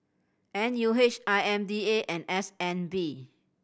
N U H I M D A and S N B